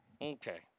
Okay